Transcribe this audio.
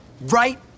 Right